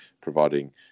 providing